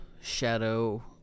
Shadow